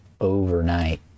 overnight